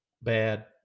bad